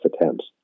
attempts